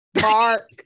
Mark